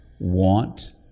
Want